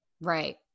right